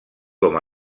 com